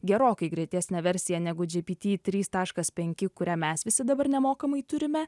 gerokai greitesnė versija gpt trys taškas penki kurią mes visi dabar nemokamai turime